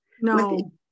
No